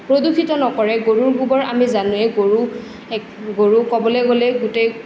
প্ৰদূষিত নকৰে গৰুৰ গোবৰ আমি জানোৱেই গৰু গৰু ক'বলৈ গ'লে গোটেই